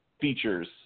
features